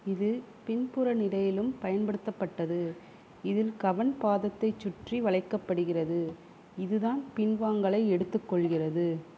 இது பின்புற நிலையிலும் பயன்படுத்தப்பட்டது இதில் கவண் பாதத்தைச் சுற்றி வளைக்கப்படுகிறது இதுதான் பின்வாங்கலை எடுத்துக்கொள்கிறது